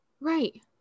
Right